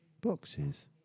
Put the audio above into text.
boxes